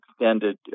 extended